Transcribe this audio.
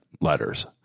letters